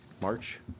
March